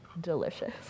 delicious